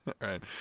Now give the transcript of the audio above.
right